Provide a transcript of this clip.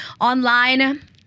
online